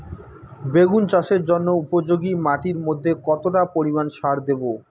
বেগুন চাষের জন্য উপযোগী মাটির মধ্যে কতটা পরিমান সার দেব?